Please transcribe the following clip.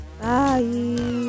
Bye